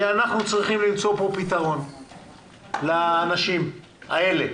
כי אנחנו צריכים למצוא פה פתרון לאנשים האלה.